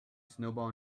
snowball